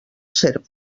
serp